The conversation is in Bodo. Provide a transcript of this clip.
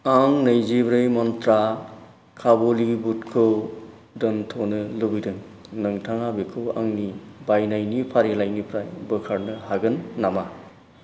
आं नैजिब्रै मन्त्रा काबुलि बुटखौ दोनथ'नो लुबैदों नोंथाङा बेखौ आंनि बायनायनि फारिलाइनिफ्राय बोखारनो हागोन नामा